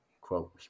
quote